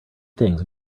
things